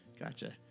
Gotcha